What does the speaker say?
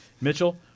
Mitchell